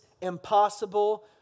impossible